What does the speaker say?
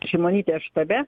šimonytės štabe